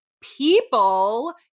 people